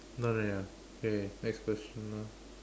done already ah okay next question lah